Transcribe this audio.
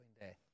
day